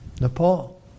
Nepal